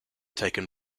taken